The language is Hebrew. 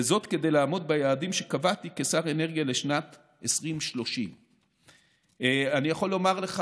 וזאת כדי לעמוד ביעדים שקבעתי כשר אנרגיה לשנת 2030. אני יכול לומר לך,